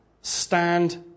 stand